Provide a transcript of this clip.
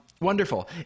Wonderful